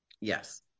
Yes